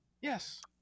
Yes